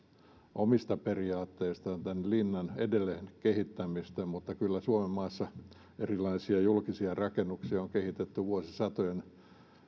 omista periaatteistaan tämän linnan edelleen kehittämistä mutta kyllä suomen maassa erilaisia julkisia rakennuksia on kehitetty vuosisatojen